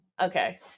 Okay